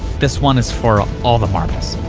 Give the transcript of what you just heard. this one is for all the marbles.